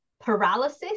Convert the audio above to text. paralysis